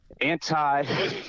anti